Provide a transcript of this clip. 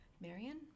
Marion